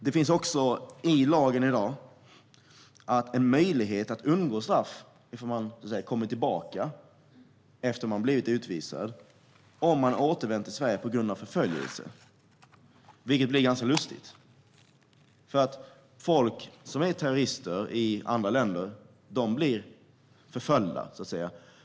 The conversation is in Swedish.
Det finns enligt lagen i dag en möjlighet att undgå straff om man kommer tillbaka efter att man har blivit utvisad, om man har återvänt till Sverige på grund av förföljelse. Det blir ganska lustigt, eftersom folk som är terrorister i andra länder blir förföljda, så att säga.